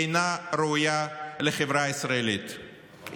אינה ראויה לחברה הישראלית,